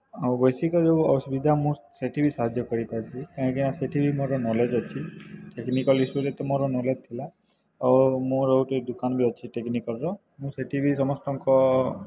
ଆଉ ବୈଷୟିକ ଯେଉଁ ଅସୁବିଧା ମୁଁ ସେଇଠି ବି ସାହାଯ୍ୟ କରିପାରିବି କାହିଁକି ନା ସେଇଠି ବି ମୋର ନଲେଜ୍ ଅଛି ଟେକ୍ନିକାଲ୍ ଇସ୍ୟୁରେ ତ ମୋର ନଲେଜ୍ ଥିଲା ଓ ମୋର ଗୋଟେ ଦୋକାନ ବି ଅଛି ଟେକ୍ନିକାଲର ମୁଁ ସେଇଠି ବି ସମସ୍ତଙ୍କ